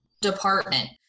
department